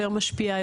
יותר משפיעה,